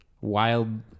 Wild